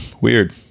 Weird